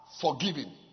forgiven